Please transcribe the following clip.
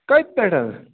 کَتہِ پٮ۪ٹھ